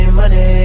money